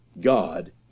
God